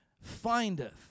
findeth